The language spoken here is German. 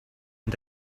und